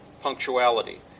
punctuality